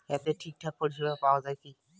এতে ঠিকঠাক পরিষেবা পাওয়া য়ায় কি?